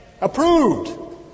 approved